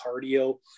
cardio